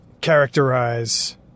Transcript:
characterize